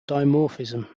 dimorphism